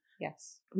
Yes